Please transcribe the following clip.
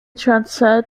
transferred